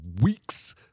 weeks